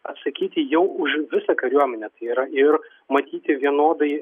atsakyti jau už visą kariuomenę tai yra ir matyti vienodai